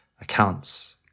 accounts